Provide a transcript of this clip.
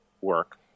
work